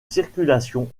circulation